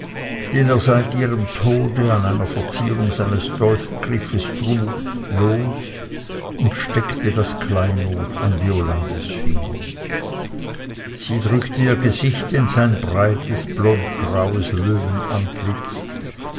den er seit ihrem tode an einer verzierung seines dolchgriffes trug los und steckte das kleinod an violandes finger sie drückte ihr gesicht in sein breites blondgraues